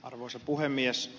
arvoisa puhemies